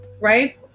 right